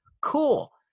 cool